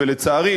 ולצערי,